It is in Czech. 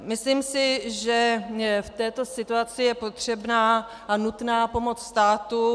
Myslím si, že v této situaci je potřebná a nutná pomoc státu.